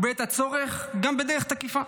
ובעת הצורך, גם בדרך תקיפה.